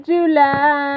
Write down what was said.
July